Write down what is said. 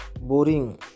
boring